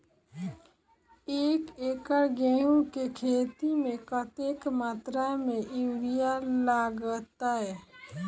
एक एकड़ गेंहूँ केँ खेती मे कतेक मात्रा मे यूरिया लागतै?